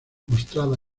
mostrada